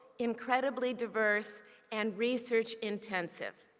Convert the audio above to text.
incredibly diverse and research intensive.